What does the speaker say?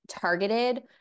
targeted